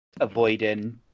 avoiding